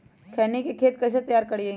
खैनी के खेत कइसे तैयार करिए?